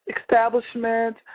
establishment